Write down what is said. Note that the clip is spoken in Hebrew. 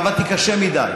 עבדתי קשה מדי.